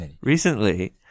recently